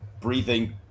breathing